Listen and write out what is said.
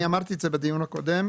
אני אמרתי את זה בדיון הקודם,